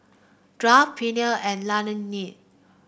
Kraft Perrier and Laneige